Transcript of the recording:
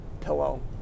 pillow